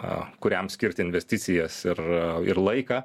a kuriam skirti investicijas ir ir laiką